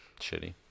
shitty